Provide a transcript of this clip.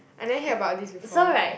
I never hear about this before